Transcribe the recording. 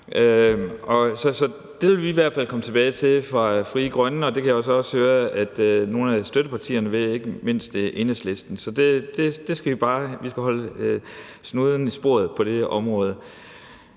det vil vi i hvert fald komme tilbage til fra Frie Grønnes side, og det kan jeg så også høre at nogle af støttepartierne vil, ikke mindst Enhedslisten. Vi skal holde snuden i sporet på det område.